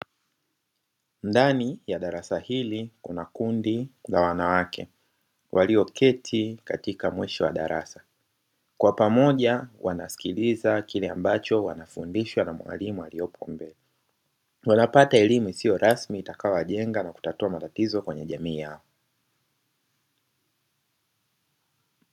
Ndani ya darasa hili kuna kundi la wanawake walioketi katika mwisho wa darasa. Kwa pamoja wanasikiliza kile ambacho wanafundishwa na mwalimu aliyepo mbele. Wanapata elimu isiyo rasmi itakayowajenga na kutatua matatizo kwenye jamii yao.